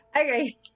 okay